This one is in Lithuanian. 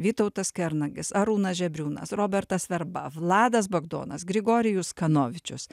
vytautas kernagis arūnas žebriūnas robertas verba vladas bagdonas grigorijus kanovičius